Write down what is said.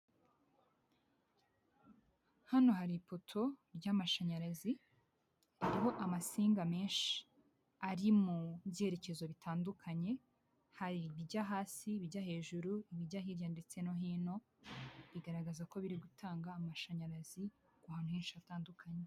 Hano hari ipoto ry'amashanyarazi, hariho amasinga menshi ari mu byerekezo bitandukanye, hari ibijya hasi, ibijya hejuru, ibijya hirya ndetse no hino, bigaragaza ko biri gutanga amashanyarazi ku hantu henshi hatandukanye.